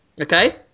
Okay